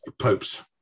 popes